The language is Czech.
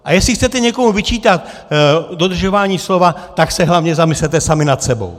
A jestli chcete někomu vyčítat dodržování slova, tak se hlavně zamyslete sami nad sebou!